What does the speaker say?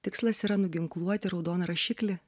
tikslas yra nuginkluoti raudoną rašiklį